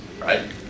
right